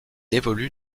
évolue